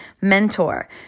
mentor